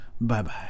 Bye-bye